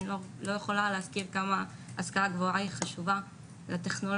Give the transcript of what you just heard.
אני לא יכולה להגיד כמה השכלה גבוהה חשובה לטכנולוגיה,